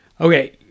Okay